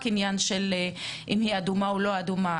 עניין של אם היא אדומה או לא אדומה.